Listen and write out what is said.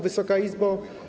Wysoka Izbo!